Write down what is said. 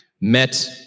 met